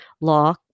law